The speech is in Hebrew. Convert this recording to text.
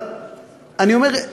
אבל אני אומר: